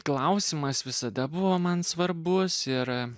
klausimas visada buvo man svarbus yra